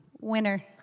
winner